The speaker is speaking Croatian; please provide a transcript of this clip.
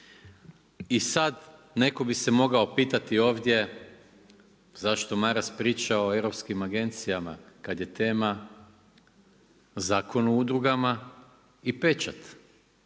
I sad, netko bi se mogao pitati ovdje zašto Maras priča o europskim agencijama kad je tema Zakon o udrugama i pečat.